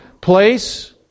place